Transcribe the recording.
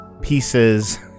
pieces